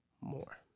more